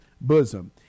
bosom